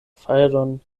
fajron